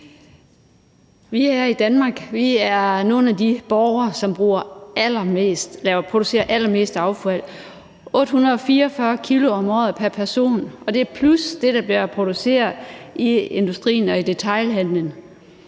Vi borgere i Danmark er blandt dem, der producerer allermest affald, nemlig 844 kg om året pr. person, plus det, der bliver produceret i industrien og detailhandelen.